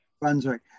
Brunswick